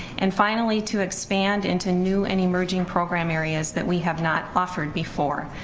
and finally to expand into new and emerging program areas that we have not offered before,